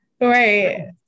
Right